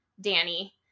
danny